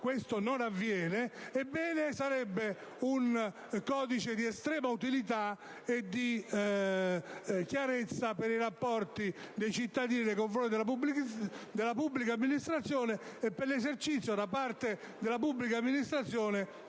un vantaggio sia in termini di utilità che di chiarezza per i rapporti dei cittadini nei confronti della pubblica amministrazione e per l'esercizio da parte della pubblica amministrazione